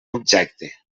objecte